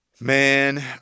Man